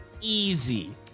easy